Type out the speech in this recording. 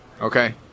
Okay